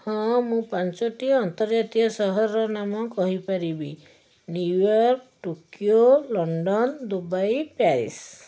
ହଁ ମୁଁ ପାଞ୍ଚଟି ଆନ୍ତର୍ଜାତୀୟ ସହରର ନାମ କହିପାରିବି New York Tokyo London Dubai Paris